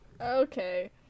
Okay